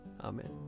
Amen